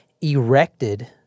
erected